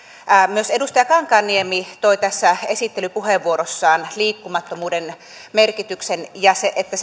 myös edustaja kankaanniemi toi esiin tässä esittelypuheenvuorossaan liikkumattomuuden merkityksen ja sen että